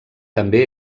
també